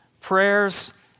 prayers